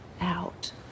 out